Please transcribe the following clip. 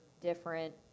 different